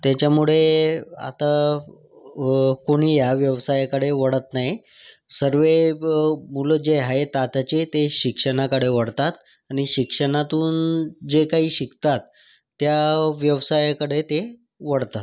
त्याच्यामुळे आता कोणी या व्यवसायाकडे वळत नाही सर्वे ब मुलं जे आहेत आताचे ते शिक्षणाकडे वळतात आणि शिक्षणातून जे काही शिकतात त्या व्यवसायाकडे ते वळतात